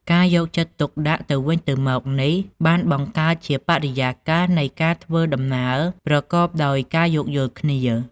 ការយកចិត្តទុកដាក់ទៅវិញទៅមកនេះបានបង្កើតជាបរិយាកាសនៃការធ្វើដំណើរប្រកបដោយការយោគយល់គ្នា។